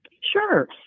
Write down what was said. Sure